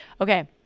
Okay